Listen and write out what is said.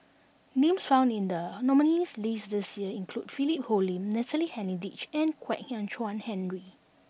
names found in the nominees' list this year include Philip Hoalim Natalie Hennedige and Kwek Hian Chuan Henry